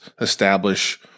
establish